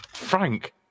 Frank